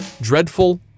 dreadful